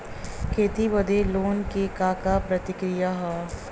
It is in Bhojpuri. खेती बदे लोन के का प्रक्रिया ह?